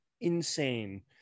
insane